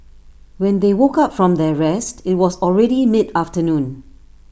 when they woke up from their rest IT was already mid afternoon